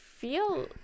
feel